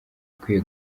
ikwiye